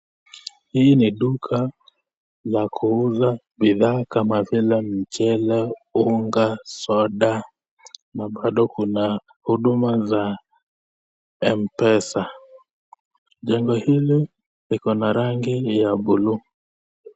Hii ni duka ya kuuza bidhaa kama vile mchele, unga, soda na bado kuna huduma za Mpesa. Jengo hili liko na rangi ya buluu.